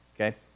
Okay